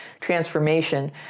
transformation